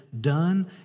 done